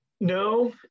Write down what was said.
no